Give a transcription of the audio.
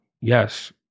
yes